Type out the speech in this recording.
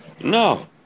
No